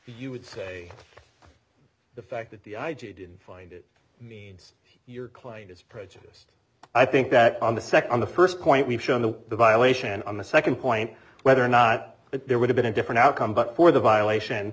you would say the fact that the i g didn't find it your client is prejudiced i think that on the second on the first point we've shown the violation on the second point whether or not there would have been a different outcome but for the